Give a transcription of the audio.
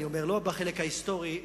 לא בחלק ההיסטורי,